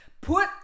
put